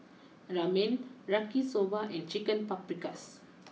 Ramen Yaki Soba and Chicken Paprikas